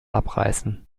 abreißen